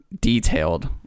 detailed